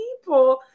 people